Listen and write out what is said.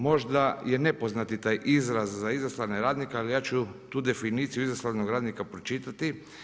Možda je nepoznati taj izraz za izaslane radnike, ali ja ću tu definiciju izaslanog radnika pročitati.